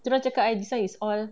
terus cakap eh this [one] is all